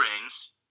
rings